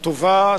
הטובה,